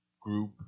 group